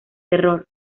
terror